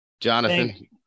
Jonathan